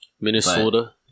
minnesota